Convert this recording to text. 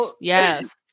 Yes